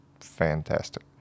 fantastic